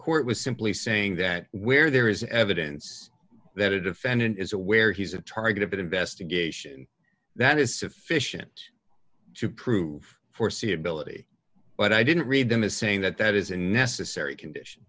court was simply saying that where there is evidence that a defendant is aware he's a target of an investigation that is sufficient to prove foreseeability but i didn't read them as saying that that is a necessary condition